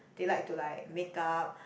they like to like make up